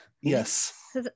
Yes